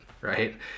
right